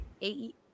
eight